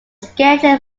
schedule